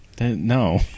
No